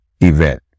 event